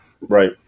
right